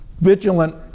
vigilant